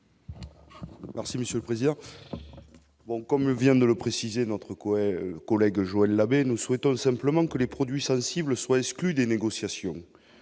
Merci monsieur le président. Bon, comme vient de le préciser notre Couet collègue Joël Labbé, nous souhaitons simplement que les produits sensibles soient exclus des négociations,